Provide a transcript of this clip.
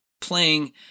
playing